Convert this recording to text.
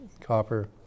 copper